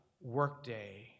Workday